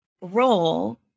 role